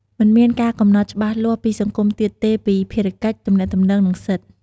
មិនមានការកំណត់ច្បាស់លាស់ ពីសង្គមទៀតទេពី ភារកិច្ច ទំនាក់ទំនង និង សិទ្ធិ។